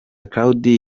claude